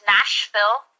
Nashville